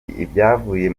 ibyavuye